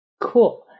Cool